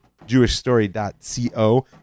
jewishstory.co